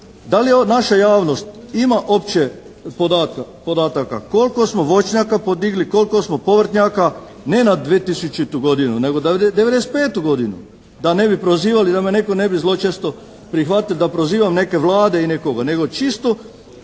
da li naša javnost ima uopće podataka koliko smo voćnjaka podigli, koliko smo povrtnjaka ne na 2000. godinu, nego '95. godinu da ne bi prozivali, da me netko ne bi zločesto prihvatil da prozivam neke Vlade ili nekoga, nego čisto